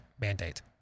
mandate